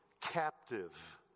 captive